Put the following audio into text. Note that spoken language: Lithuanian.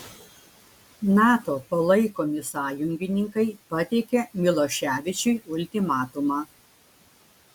nato palaikomi sąjungininkai pateikė miloševičiui ultimatumą